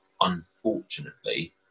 unfortunately